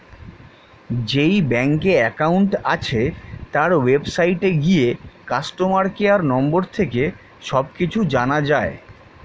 যেই ব্যাংকে অ্যাকাউন্ট আছে, তার ওয়েবসাইটে গিয়ে কাস্টমার কেয়ার নম্বর থেকে সব কিছু জানা যায়